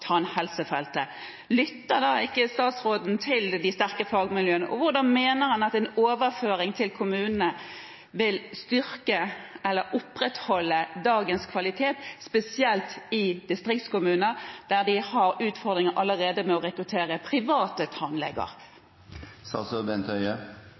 tannhelsefeltet, lytter ikke statsråden da til de sterke fagmiljøene? Hvordan mener han at en overføring til kommunene vil styrke eller opprettholde dagens kvalitet, spesielt i distriktskommuner, der de har utfordringer allerede med å rekruttere private